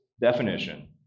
definition